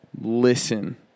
Listen